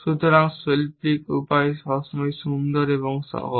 সুতরাং শৈল্পিক উপায় সবসময় সুন্দর এবং সহজ